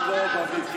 הוא היה בתור.